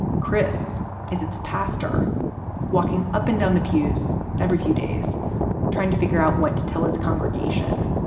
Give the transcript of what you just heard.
chris is its pastor walking up and down the pews every few days trying to figure out what to tell his congregation,